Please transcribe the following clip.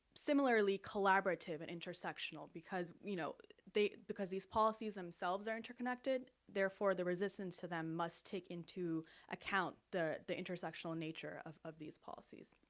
similarly collaborative collaborative and intersectional, because you know they, because these policies themselves are interconnected, therefore the resistance to them must take into account the the intersectional nature of of these policies.